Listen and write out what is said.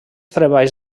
treballs